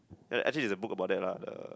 eh actually there's a book about that lah the